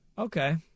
Okay